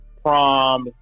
prom